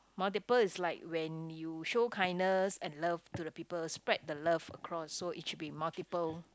multiple is like when you show kindness and love to the people spread the love across so it should be multiple